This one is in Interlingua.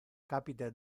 capite